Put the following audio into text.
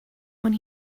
when